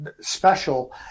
special